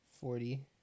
Forty